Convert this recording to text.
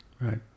right